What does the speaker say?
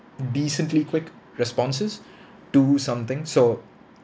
decently quick responses to something so